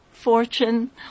fortune